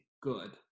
good